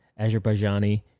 Azerbaijani